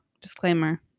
Disclaimer